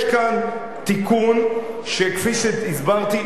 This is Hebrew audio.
יש כאן תיקון שכפי שהסברתי,